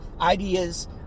ideas